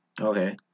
Okay